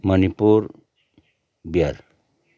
Manipur Bihar